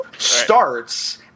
starts